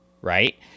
right